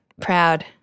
proud